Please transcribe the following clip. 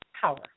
power